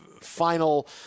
final